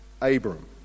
Abram